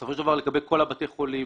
בסופו של דבר לגבי כל בתי החולים,